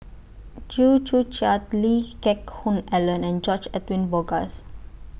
Chew Joo Chiat Lee Geck Hoon Ellen and George Edwin Bogaars